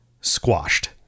squashed